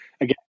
again